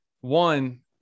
One